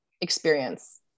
experience